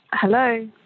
Hello